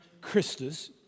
Christus